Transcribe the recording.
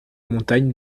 montagne